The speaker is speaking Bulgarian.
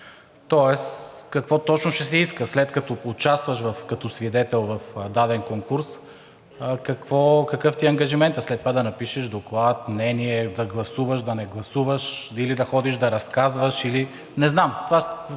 Тоест какво точно ще се иска, след като участваш като свидетел в даден конкурс, какъв ти е ангажиментът? След това да напишеш доклад, мнение, да гласуваш, да не гласуваш или да ходиш да разказваш, или?! Не знам, който